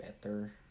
better